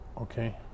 Okay